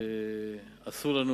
אסור לנו